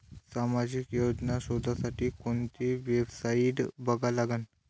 सामाजिक योजना शोधासाठी कोंती वेबसाईट बघा लागन?